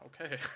Okay